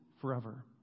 forever